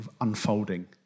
unfolding